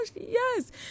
yes